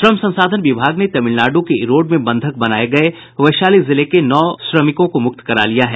श्रम संसाधन विभाग ने तमिलनाडु के ईरोड में बंधक बनाये गये वैशाली जिले के नौ श्रमिकों को मुक्त करा लिया है